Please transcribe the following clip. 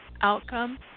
outcome